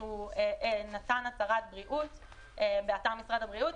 שהוא נתן הצהרת בריאות באתר משרד הבריאות,